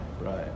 right